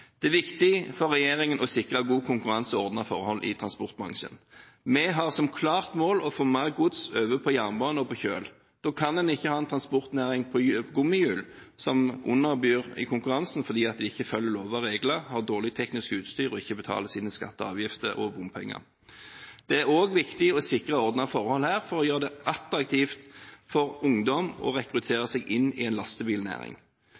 Det er viktig for regjeringen å sikre god konkurranse og ordnede forhold i transportbransjen. Vi har som klart mål å få mer gods over på jernbane og på kjøl. Da kan en ikke ha en transportnæring på gummihjul som underbyr i konkurransen fordi de ikke følger lover og regler, har dårlig teknisk utstyr og ikke betaler skatter, avgifter og bompenger. Det er også viktig å sikre ordnede forhold for å gjøre det attraktivt for å rekruttere ungdom